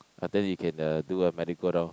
I tell you can uh do a merry go round